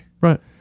Right